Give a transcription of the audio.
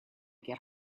get